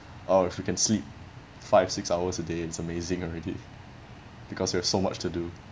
or if we can sleep five six hours a day it's amazing already because we have so much to do